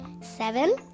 Seven